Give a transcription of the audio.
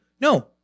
No